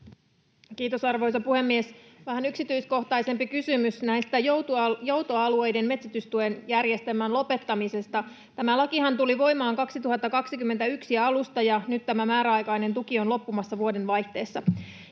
Kiitos, arvoisa puhemies! Vähän yksityiskohtaisempi kysymys tästä joutoalueiden metsitystukijärjestelmän lopettamisesta. Tämä lakihan tuli voimaan vuoden 2021 alusta, ja nyt tämä määräaikainen tuki on loppumassa vuodenvaihteessa.